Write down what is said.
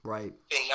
Right